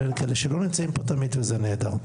שלא נמצאים פה תמיד וזה נהדר.